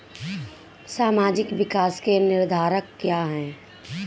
सामाजिक विकास के निर्धारक क्या है?